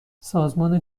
سازمان